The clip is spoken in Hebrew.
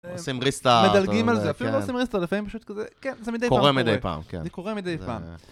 עושים ריסטארט, מדלגים על זה, אפילו לא עושים ריסטארט, לפעמים פשוט כזה, כן, זה מדי פעם קורה, קורה מדי פעם.